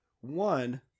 One